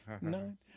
nine